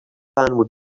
would